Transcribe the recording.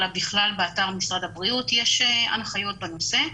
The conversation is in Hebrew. אלא בכלל באתר משרד הבריאות יש הנחיות בנושא,